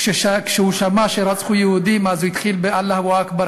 כשהוא שמע שרצחו יהודים אז הוא התחיל ב"אללהֻ אכבר",